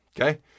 Okay